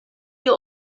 ihr